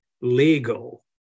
legal